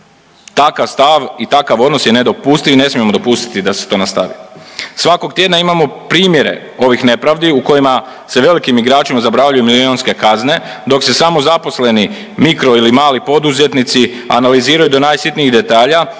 Takav stav i takav odnos je nedopustiv i ne smijemo dopustiti da se to nastavi. Svakog tjedna imamo primjere ovih nepravdi u kojima se velikim igračima zabranjuju milijunske kazne, dok se samozaposleni mikro ili mali poduzetnici analiziraju do najsitnijih detalja